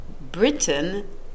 Britain